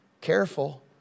careful